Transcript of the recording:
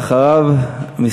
ואחריו?